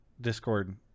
Discord